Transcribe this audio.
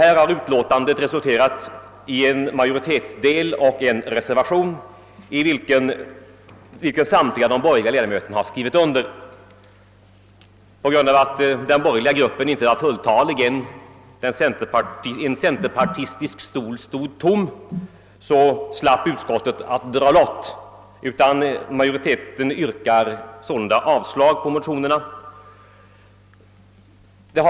Detta utlåtande har resulterat i en majoritetsskrivning och en reservation vilken samtliga de borgerliga ledamöterna har skrivit under. På grund av att den borgerliga gruppen inte var fulltalig — en centerparlistisk stol stod tom — slapp utskottet att dra lott, och majoriteten yrkar således avslag på motionerna.